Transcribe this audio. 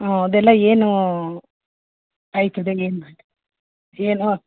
ಹ್ಞೂ ಅದೆಲ್ಲ ಏನು ಆಗ್ತದೆ ಏನು ಮಾಡು ಏನು